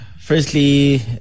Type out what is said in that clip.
firstly